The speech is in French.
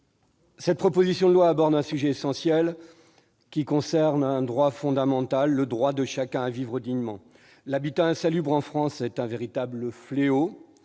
Cette proposition de loi aborde un sujet essentiel qui concerne un droit fondamental, le droit de chacun à vivre dignement. L'habitat insalubre est en France un véritable fléau,